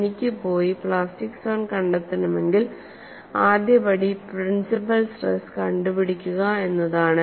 എനിക്ക് പോയി plastic zone കണ്ടെത്തണമെങ്കിൽ ആദ്യപടിപ്രിൻസിപ്പൽ സ്ട്രെസ് കണ്ടുപിടിക്കുക എന്നതാണ്